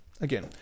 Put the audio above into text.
Again